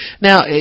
now